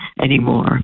anymore